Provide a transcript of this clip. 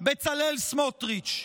בצלאל סמוטריץ'.